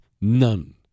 None